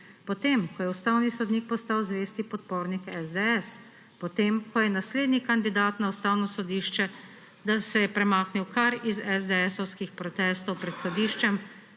Potem ko je ustavno sodnik postal zvesti podpornik SDS, potem ko se je naslednji kandidat na Ustavno sodišče premaknil kar iz SDS protestov pred sodiščem,